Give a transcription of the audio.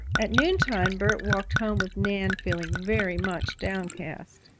at noontime bert walked home with nan, feeling very much downcast.